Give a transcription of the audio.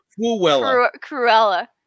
Cruella